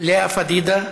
לאה פדידה?